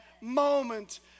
moment